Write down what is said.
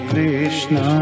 Krishna